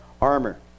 armor